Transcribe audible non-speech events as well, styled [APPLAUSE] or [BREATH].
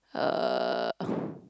uh [BREATH]